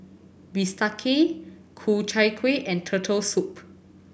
bistake Ku Chai Kueh and Turtle Soup